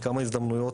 בכמה הזדמנויות,